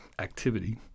activity